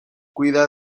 cuida